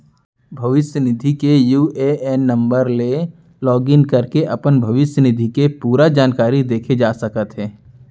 भविस्य निधि के यू.ए.एन नंबर ले लॉगिन करके अपन भविस्य निधि के पूरा जानकारी देखे जा सकत हे